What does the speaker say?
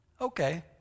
okay